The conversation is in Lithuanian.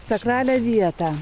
sakralią vietą